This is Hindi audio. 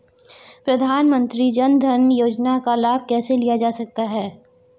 प्रधानमंत्री जनधन योजना का लाभ कैसे लिया जा सकता है?